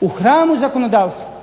U hramu zakonodavstva.